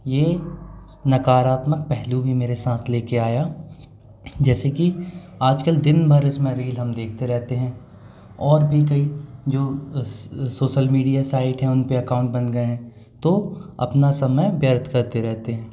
ये नकारात्मक पहलू भी मेरे साथ लेके आया जैसे कि आजकल दिनभर इसमें रील हम देखते रहते हैं और भी कई जो सोसल मीडिया साइट हैं उनपे अकाउंट बन गए हैं तो अपना समय व्यर्थ करते रहते हैं